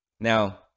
Now